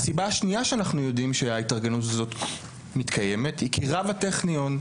הסיבה השנייה שאנחנו יודעים שההתארגנות הזאת קיימת היא כי רב הטכניון,